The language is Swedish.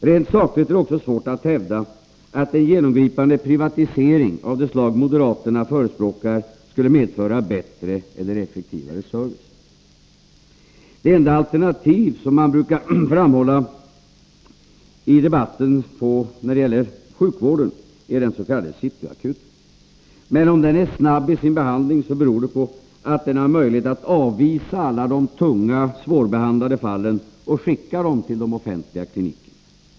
Rent sakligt är det också svårt att hävda, att en genomgripande privatisering av det slag moderaterna förespråkar skulle medföra bättre eller effektivare service. Det enda alternativ som man brukar framhålla i debatten när det gäller sjukvården är den s.k. City Akuten. Men om den är snabb i sin behandling beror det på att den har möjlighet att avvisa alla de tunga, svårbehandlade fallen och skicka dem till de offentliga klinikerna.